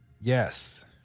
Yes